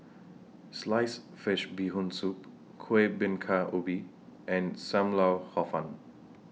Sliced Fish Bee Hoon Soup Kueh Bingka Ubi and SAM Lau Hor Fun